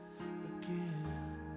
again